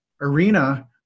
arena